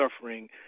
suffering